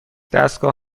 دستگاه